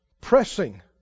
pressing